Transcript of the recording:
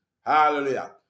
Hallelujah